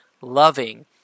loving